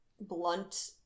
blunt